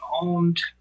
owned